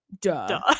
duh